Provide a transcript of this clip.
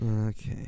Okay